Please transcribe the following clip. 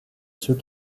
ceux